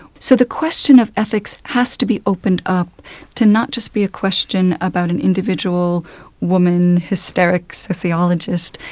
so the question of ethics has to be opened up to not just be a question about an individual woman, hysteric sociologist.